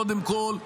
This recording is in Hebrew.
קודם כול,